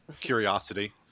curiosity